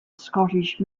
scottish